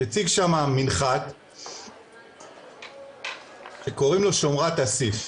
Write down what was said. הציג שם מנחת שקוראים לו "שומרת אסיף",